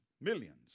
Millions